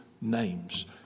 names